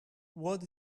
what